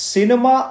Cinema